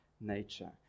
nature